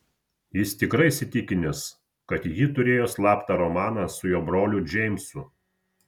jis tikrai įsitikinęs kad ji turėjo slaptą romaną su jo broliu džeimsu